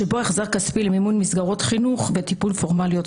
שבו החזר כספי למימון מסגרות חינוך וטיפול פורמליות,